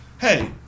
hey